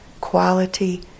quality